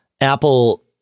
Apple